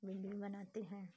video बनाते हैं